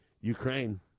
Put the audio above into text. Ukraine